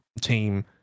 team